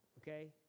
Okay